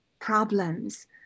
problems